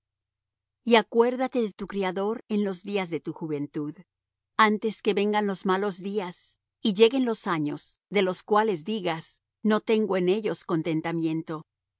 y acuérdate de tu criador en los días de tu juventud antes que vengan los malos días y lleguen los años de los cuales digas no tengo en ellos contentamiento